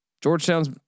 Georgetown's